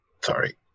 sorry